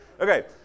Okay